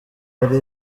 hari